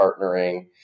partnering